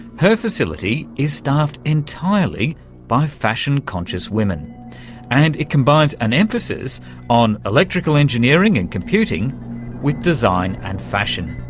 her facility is staffed entirely by fashion-conscious women and it combines an emphasis on electrical engineering and computing with design and fashion.